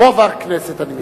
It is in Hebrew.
רוב הכנסת, אני מתכוון.